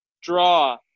draw